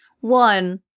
one